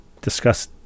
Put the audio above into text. discuss